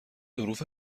ظروف